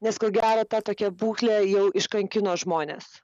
nes ko gero ta tokia būklė jau iškankino žmones